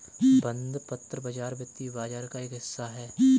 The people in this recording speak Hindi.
बंधपत्र बाज़ार वित्तीय बाज़ार का एक हिस्सा है